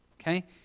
Okay